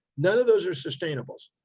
none of those are sustainables.